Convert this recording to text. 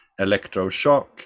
electroshock